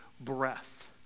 breath